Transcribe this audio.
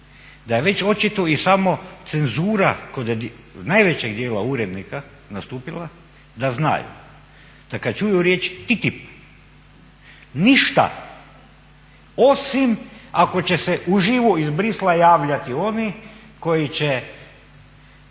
da je već očito i samocenzura kod najvećeg dijela urednika nastupila da znaju, da kada čuju riječ i TTIP ništa, osim ako će se uživo iz Brisela javljati oni koji će